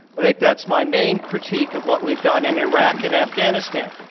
i think that's my main critique of what we've done in iraq and afghanistan.